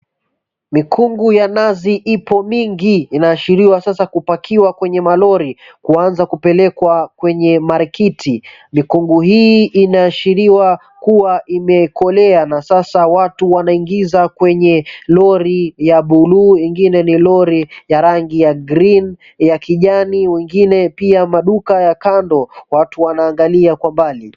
Mikungu ya nazi ipo mingi inaashiriwa sasa kupakiwa kwenye malori kuanza kupelekwa kwenye Marikiti. Mikungu hii inaashiriwa kuwa imekolea na sasa watu wanaingiza kwenye lori ya buluu ingine ni lori ya rangi ya green ya kijani wengine pia maduka ya kando ,watu wanaangalia kwa mbali.